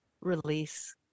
release